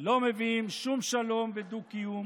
לא מביאים שום שלום ודו-קיום